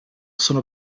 sono